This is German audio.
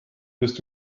bist